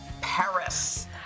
Paris